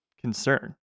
concern